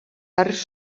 arcs